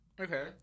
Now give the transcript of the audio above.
Okay